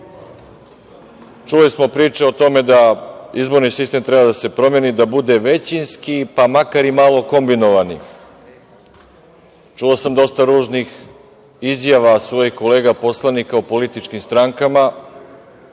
smo priče o tome da izborni sistem treba da se promeni, da bude većinski, pa makar i malo kombinovani. Čuo sam dosta ružnih izjava svojih kolega poslanika o političkim strankama,